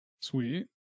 Sweet